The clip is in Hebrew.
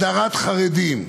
הדרת חרדים,